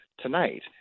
tonight